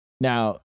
Now